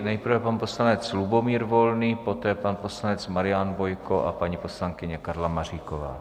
Nejprve pan poslanec Lubomír Volný, poté pan poslanec Marian Bojko a paní poslankyně Karla Maříková.